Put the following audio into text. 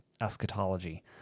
eschatology